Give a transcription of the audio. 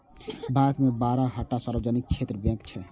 भारत मे बारह टा सार्वजनिक क्षेत्रक बैंक छै